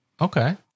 Okay